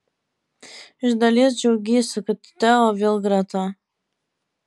iš dalies džiaugiesi kad teo vėl greta